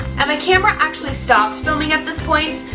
um ah camera actually stopped filming at this point,